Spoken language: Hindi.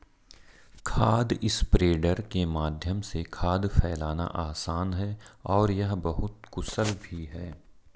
खाद स्प्रेडर के माध्यम से खाद फैलाना आसान है और यह बहुत कुशल भी है